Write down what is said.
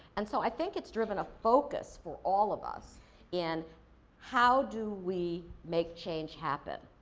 and, so, i think it's driven a focus for all of us in how do we make change happen.